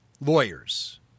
lawyers